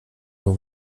nur